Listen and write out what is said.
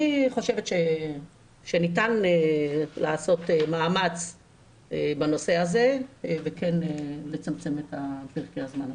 אני חושבת שניתן לעשות מאמץ בנושא הזה וכן לצמצם את פרקי הזמן.